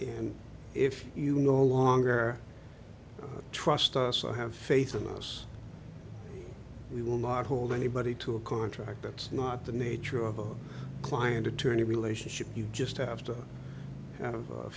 and if you no longer trust us i have faith in us we will not hold anybody to a contract that's not the nature of the client attorney relationship you just have to have